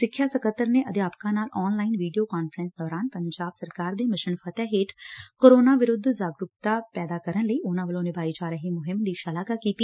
ਸਿੱਖਿਆ ਸਕੱਤਰ ਨੇ ਅਧਿਆਪਕਾਂ ਨਾਲ ਆਨ ਲਾਈਨ ਵੀਡੀਓ ਕਾਨਫਰੰਸ ਦੌਰਾਨ ਪੰਜਾਬ ਸਰਕਾਰ ਦੇ 'ਮਿਸ਼ਨ ਫਤਿਹ' ਹੇਠ ਕਰੋਨਾ ਵਿਰੁੱਧ ਜਾਗਰੁਕਤਾ ਪੈਦਾ ਕਰਨ ਲਈ ਉਨਾਂ ਵੱਲੋ ਨਿਭਾਈ ਜਾ ਰਹੀ ਮੁਹਿੰਮ ਦੀ ਸ਼ਲਾਘਾ ਕੀਤੀ